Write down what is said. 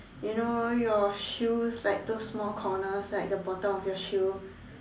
you know your shoes like those small corners like the bottom of your shoe